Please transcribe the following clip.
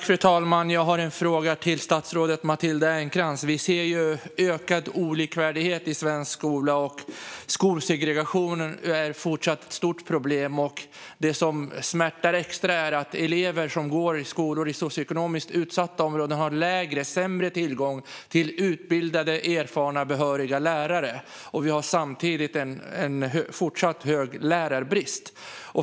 Fru talman! Jag har en fråga till statsrådet Matilda Ernkrans. Vi ser ökad olikvärdighet i svensk skola, och skolsegregationen är fortfarande ett stort problem. Det som smärtar extra är att elever som går i skolor i socioekonomiskt utsatta områden har sämre tillgång till utbildade, erfarna och behöriga lärare. Vi har samtidigt en fortsatt hög lärarbrist.